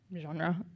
genre